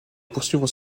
poursuivre